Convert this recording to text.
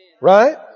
Right